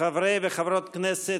חברי וחברות הכנסת,